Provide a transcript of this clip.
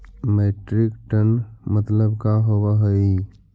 Metric ton मतलब का होव हइ?